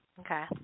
Okay